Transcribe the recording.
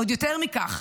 עוד יותר מכך,